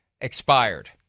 expired